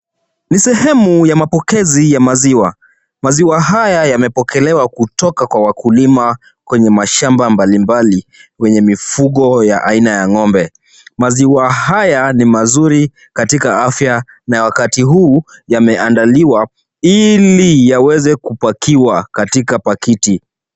Ni sehemu ya mapokezi ya maziwa. Maziwa haya yamepokelewa kutoka kwa wakulima kwenye mashamba mbalimbali wenye mifugo ya aina ya ng'ombe. Maziwa haya ni mazuri katika afya na wakati huu yameandaliwa ili yaweze kupakiwa katika pakiti.